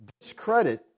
discredit